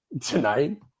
tonight